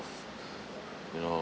you know